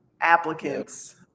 applicants